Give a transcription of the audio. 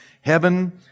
Heaven